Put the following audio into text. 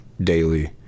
daily